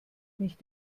nicht